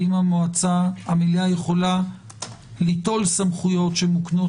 האם המליאה יכולה ליטול סמכויות שמוקנות